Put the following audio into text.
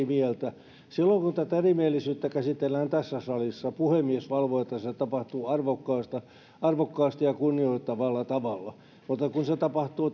mieltä silloin kun tätä erimielisyyttä käsitellään tässä salissa puhemies valvoo että se tapahtuu arvokkaasti ja kunnioittavalla tavalla mutta kun se tapahtuu